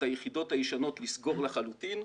את היחידות הישנות לסגור לחלוטין.